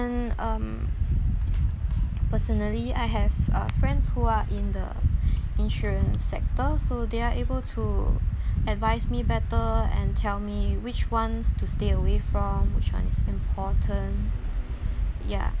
and um personally I have uh friends who are in the insurance sector so they are able to advise me better and tell me which ones to stay away from which one is important ya